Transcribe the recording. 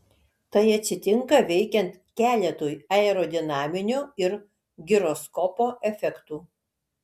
tai atsitinka veikiant keletui aerodinaminių ir giroskopo efektų